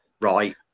right